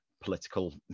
political